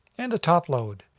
and the topload.